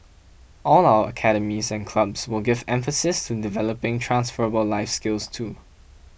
all our academies and clubs will give emphases to developing transferable life skills too